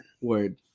Word